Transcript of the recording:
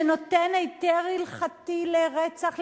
שנותן היתר הלכתי לרצח,